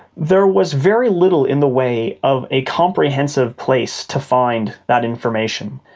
there was very little in the way of a comprehensive place to find that information.